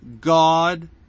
God